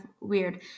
weird